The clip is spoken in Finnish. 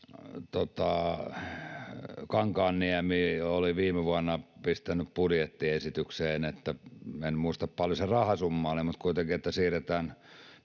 Kankaanniemi oli viime vuonna pistänyt budjettiesitykseen, en muista paljon se rahasumma oli, mutta kuitenkin, että siirretään